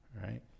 Right